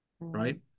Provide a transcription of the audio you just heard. right